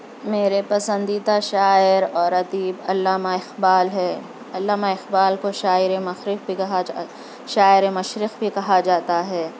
میرے پسندیدہ شاعر اور ادیب علامہ اقبال ہیں علامہ اقبال کو شاعر مشرق بھی کہا جاتا ہے شاعر مشرق بھی کہا جاتا ہے